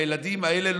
הילדים האלה,